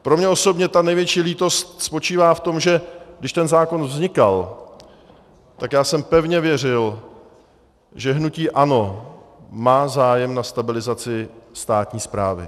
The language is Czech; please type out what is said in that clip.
Pro mě osobně ta největší lítost spočívá v tom, že když ten zákon vznikal, tak jsem pevně věřil, že hnutí ANO má zájem na stabilizaci státní správy.